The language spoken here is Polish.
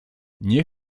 nie